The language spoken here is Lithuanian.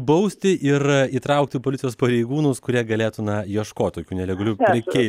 bausti ir įtraukti policijos pareigūnus kurie galėtų na ieškoti tokių nelegalių veikėjų